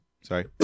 Sorry